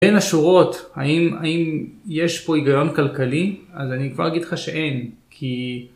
בין השורות, האם יש פה היגיון כלכלי? אז אני כבר אגיד לך שאין, כי...